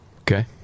okay